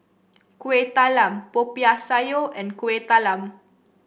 Kuih Talam Popiah Sayur and Kuih Talam